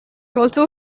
also